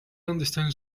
understand